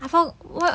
I for what